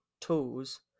tools